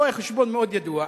רואה-חשבון מאוד ידוע,